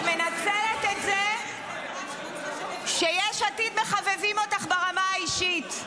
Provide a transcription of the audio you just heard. את מנצלת את זה שיש עתיד מחבבים אותך ברמה האישית.